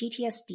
PTSD